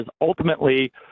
Ultimately